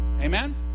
Amen